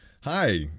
Hi